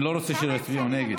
כי אני לא רוצה שיצביעו נגד.